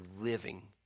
living